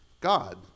God